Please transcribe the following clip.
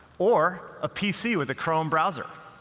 or a pc with a chrome browser.